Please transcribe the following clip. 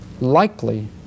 likely